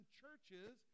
churches